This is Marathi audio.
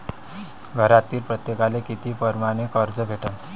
घरातील प्रत्येकाले किती परमाने कर्ज भेटन?